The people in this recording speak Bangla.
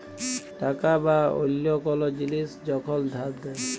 টাকা বা অল্য কল জিলিস যখল ধার দেয়